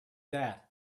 that